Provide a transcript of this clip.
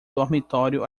dormitório